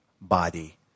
body